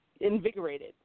invigorated